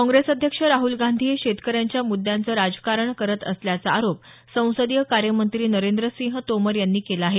काँग्रेस अध्यक्ष राहल गांधी हे शेतकऱ्यांच्या मुद्यांचं राजकारण करत असल्याचा आरोप संसदीय कार्यमंत्री नरेंद्र सिंह तोमर यांनी केला आहे